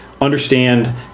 understand